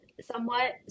somewhat